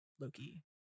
Loki